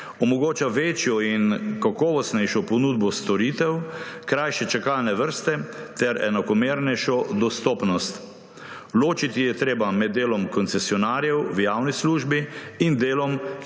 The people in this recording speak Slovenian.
omogoča večjo in kakovostnejšo ponudbo storitev, krajše čakalne vrste ter enakomernejšo dostopnost. Ločiti je treba med delom koncesionarjev v javni službi in delom čistih